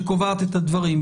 שקובעת את הדברים.